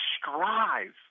strive